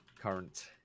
current